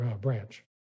branch